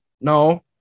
No